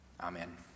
Amen